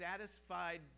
satisfied